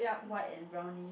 white and brownish